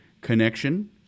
connection